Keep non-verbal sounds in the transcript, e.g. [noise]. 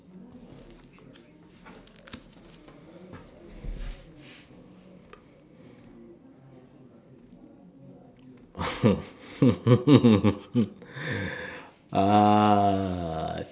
[laughs] uh